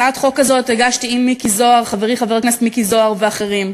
הצעת חוק כזאת הגשתי עם חברי חבר הכנסת מיקי זוהר ואחרים.